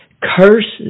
curses